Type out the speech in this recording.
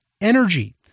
energy